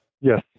Yes